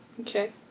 Okay